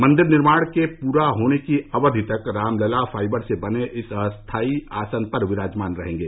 मंदिर निर्माण के पूरा होने की अवधि तक रामलला फाइबर से बने इसी अस्थायी आसन पर विराजमान रहेंगे